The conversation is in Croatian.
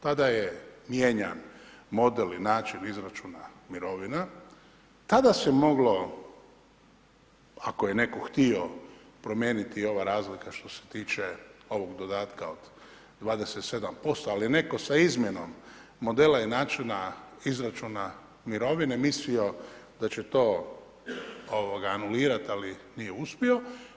Tada je mijenjan model i način izračuna mirovina, tada se moglo ako je netko htio promijeniti ova razlika što se tiče ovog dodatka od 27%, ali netko sa izmjenom modela i načina izračuna mirovine mislio da će to anulirati, ali nije uspio.